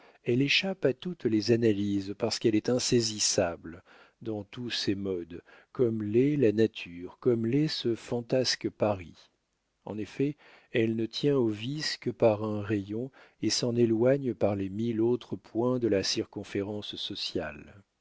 elle échappe à toutes les analyses parce qu'elle est insaisissable dans tous ses modes comme l'est la nature comme l'est ce fantasque paris en effet elle ne tient au vice que par un rayon et s'en éloigne par les mille autres points de la circonférence sociale